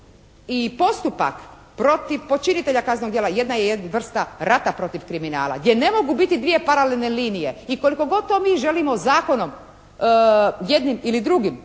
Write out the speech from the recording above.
i postupak protiv počinitelja kaznenog djela jedna je vrsta rata protiv kriminala, gdje ne mogu biti dvije paralelne linije. I koliko god to mi želimo zakonom jednim ili drugim,